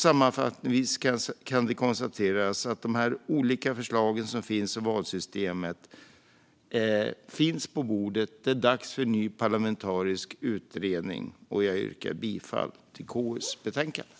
Sammanfattningsvis kan det konstateras att de olika förslag som finns i valsystemet finns på bordet, och det är dags för ny parlamentarisk utredning. Jag yrkar bifall till KU:s förslag.